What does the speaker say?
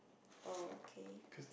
okay